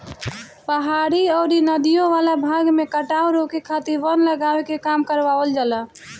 पहाड़ी अउरी नदियों वाला भाग में कटाव रोके खातिर वन लगावे के काम करवावल जाला